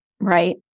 right